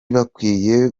bakwiye